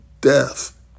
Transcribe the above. death